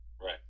Right